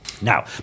Now